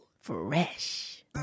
Fresh